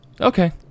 Okay